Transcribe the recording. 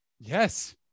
Yes